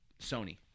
Sony